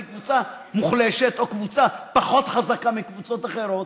שהיא קבוצה מוחלשת או קבוצה פחות חזקה מקבוצות אחרות,